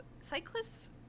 cyclists